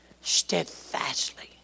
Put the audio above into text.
steadfastly